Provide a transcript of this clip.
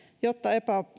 jotta